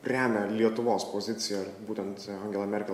remia lietuvos poziciją būtent angela merkel